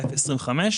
ל-0.25%,